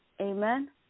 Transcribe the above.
Amen